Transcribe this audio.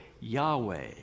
Yahweh